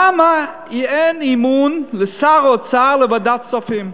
למה אין לשר האוצר אמון בוועדת הכספים?